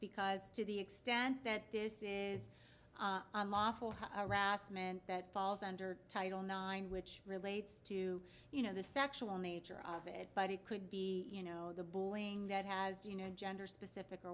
because to the extent that this is unlawful rassmann that falls under title nine which relates to you know the sexual nature of it but it could be you know the bullying that has you know gender specific or